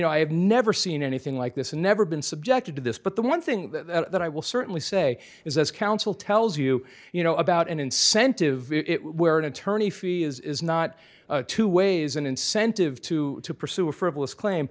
know i have never seen anything like this and never been subjected to this but the one thing that i will certainly say is as counsel tells you you know about an incentive where an attorney free is not two ways an incentive to pursue a frivolous claim